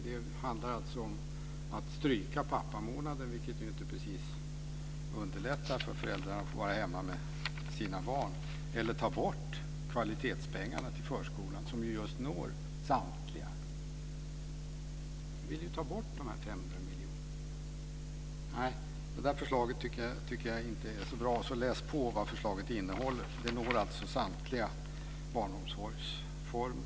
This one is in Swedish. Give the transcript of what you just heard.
Det handlar om att stryka pappamånaden, vilket inte precis underlättar för föräldrarna att få vara hemma med sina barn, eller att ta bort kvalitetspengarna till förskolan, som just når samtliga. Ni vill ju ta bort de här 500 miljonerna. Nej, det förslaget tycker jag inte är så bra. Läs på vad vårt förslag innehåller! Det når alltså samtliga barnomsorgsformer.